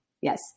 Yes